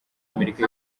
amerika